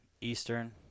Eastern